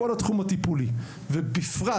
כל התחום הטיפולי ובפרט,